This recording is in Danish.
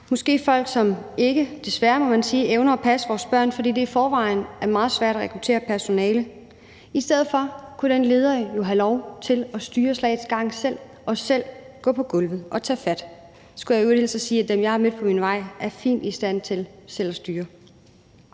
måske folk, som ikke – desværre må man sige – evner at passe børnene, fordi det i forvejen er meget svært at rekruttere personale. I stedet for kunne den leder jo få lov til at styre slagets gang selv og selv gå på gulvet og tage fat. Jeg skal i øvrigt hilse og sige, at dem, jeg har mødt på min vej, er fint i stand til selv at styre